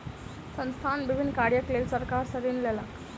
संस्थान विभिन्न कार्यक लेल सरकार सॅ ऋण लेलक